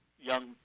Young